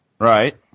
right